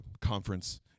conference